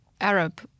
Arab